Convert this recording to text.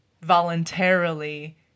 voluntarily